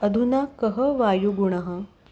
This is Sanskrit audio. अधुना कः वायुगुणः